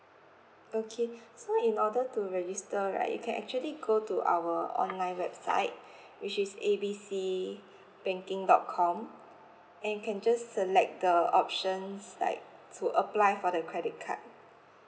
okay so in order to register right you can actually go to our online website which is A B C banking dot com and you can just select the options like to apply for the credit card